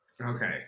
Okay